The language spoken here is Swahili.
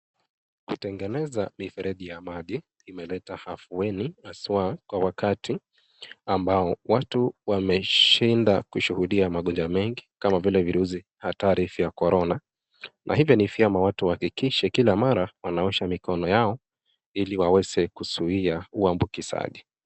Kutengeneza mifereji ya maji imeleta afueni, haswa kwa wakati ambao watu wameshinda kushuhudia magonjwa mengi kama vile virusi hatari vya Corona na hivyo ni vyema watu wahakikishe kila mara wanaosha mikono yao, ili waweze kuzuia uambukizaji.